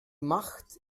macht